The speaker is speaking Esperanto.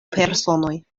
personoj